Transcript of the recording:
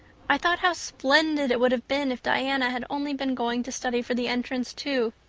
i thought how splendid it would have been if diana had only been going to study for the entrance, too.